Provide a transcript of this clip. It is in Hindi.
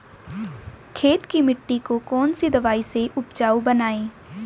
खेत की मिटी को कौन सी दवाई से उपजाऊ बनायें?